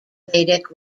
vedic